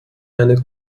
eine